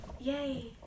Yay